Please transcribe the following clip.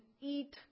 eat